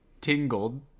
tingled